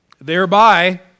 Thereby